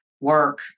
work